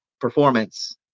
performance